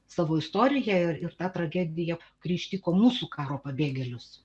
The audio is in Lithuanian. savo istoriją ir ir tą tragediją kri ištiko mūsų karo pabėgėlius